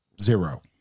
zero